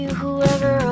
whoever